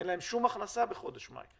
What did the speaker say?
אין להם שום הכנסה בחודש מאי.